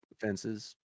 fences